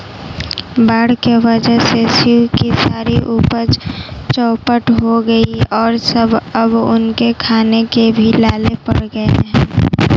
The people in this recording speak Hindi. बाढ़ के वजह से शिव की सारी उपज चौपट हो गई और अब उनके खाने के भी लाले पड़ गए हैं